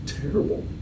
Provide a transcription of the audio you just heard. terrible